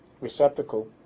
receptacle